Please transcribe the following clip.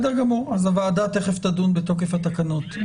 הוועדה תכף תדון בתוקף התקנות.